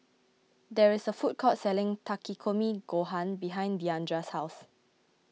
there is a food court selling Takikomi Gohan behind Diandra's house